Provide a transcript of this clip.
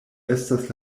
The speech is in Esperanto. estas